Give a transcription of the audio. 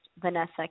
Vanessa